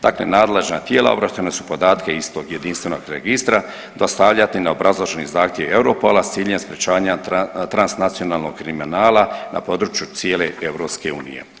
Takva nadležna tijela ovlaštena su podatke iz tog jedinstvenog registra dostavljati na obrazloženi zahtjev EUROPOL-a sa ciljem sprječavanja transnacionalnog kriminala na području cijele EU.